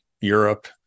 europe